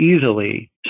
easily